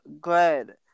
good